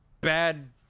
bad